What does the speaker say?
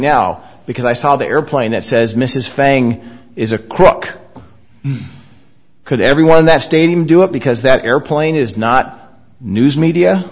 now because i saw the airplane that says mrs fang is a crook could everyone in that stadium do it because that airplane is not news media